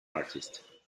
artist